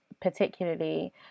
particularly